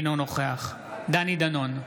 אינו נוכח דני דנון,